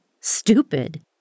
Stupid